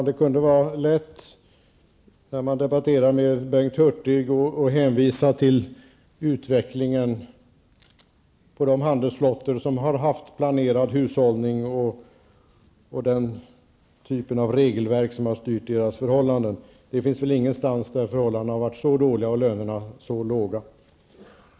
Herr talman! När man debatterar med Bengt Hurtig kunde det vara lätt att hänvisa till utvecklingen för de handelsflottor som har haft planerad hushållning och den typen av regelverk som har styrt deras förhållanden. Ingen annanstans har väl förhållandena varit så dåliga och lönerna så låga.